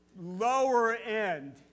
lower-end